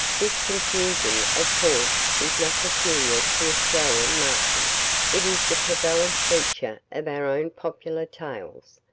this confusion, of course, is not peculiar to australian marchen it is the prevalent feature of our own popular tales.